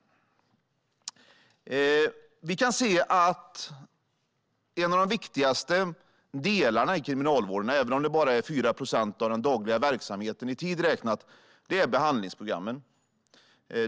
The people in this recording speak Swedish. Vi kan se att en av de viktigaste delarna i kriminalvården, även om den i tid räknat bara utgör 4 procent av den dagliga verksamheten, är behandlingsprogrammen.